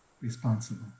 responsible